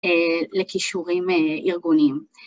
לכישורים ארגוניים